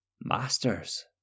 Masters